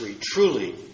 truly